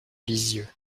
lisieux